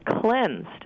cleansed